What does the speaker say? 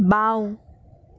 বাওঁ